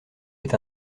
est